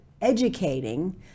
educating